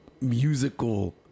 musical